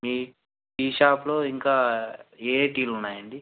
మీ tea షాప్లో ఇంకా ఏఏ టీలు ఉన్నాయండి